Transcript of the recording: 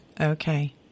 okay